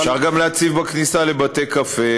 אפשר גם להציב בכניסה לבתי-קפה,